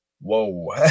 Whoa